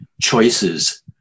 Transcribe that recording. choices